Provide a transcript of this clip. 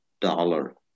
dollar